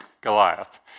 Goliath